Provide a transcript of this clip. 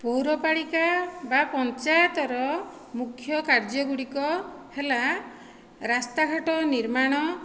ପୌରପାଳିକା ବା ପଞ୍ଚାୟତର ମୁଖ୍ୟ କାର୍ଯ୍ୟଗୁଡ଼ିକ ହେଲା ରାସ୍ତାଘାଟ ନିର୍ମାଣ